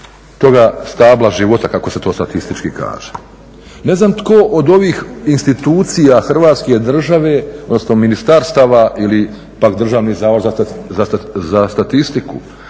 toga stabla života kako se to statistički kaže. Ne znam tko od ovih institucija Hrvatske države, odnosno ministarstava ili pak Državni zavod za statistiku